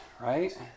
right